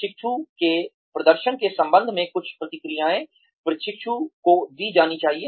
प्रशिक्षु के प्रदर्शन के संबंध में कुछ प्रतिक्रियाएँ प्रशिक्षु को दी जानी चाहिए